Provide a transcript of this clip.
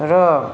र